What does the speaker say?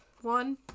one